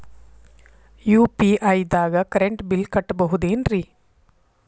UPI ದಾಗ current bill ಕಟ್ಟಬಹುದೇನ್ರಿ?